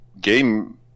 game